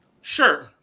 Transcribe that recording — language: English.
sure